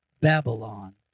Babylon